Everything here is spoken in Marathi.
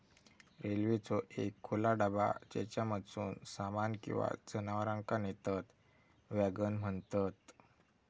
रेल्वेचो एक खुला डबा ज्येच्यामधसून सामान किंवा जनावरांका नेतत वॅगन म्हणतत